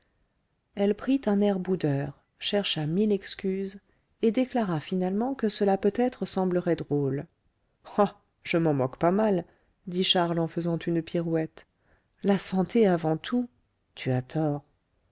elle prit un air boudeur chercha mille excuses et déclara finalement que cela peut-être semblerait drôle ah je m'en moque pas mal dit charles en faisant une pirouette la santé avant tout tu